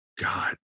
god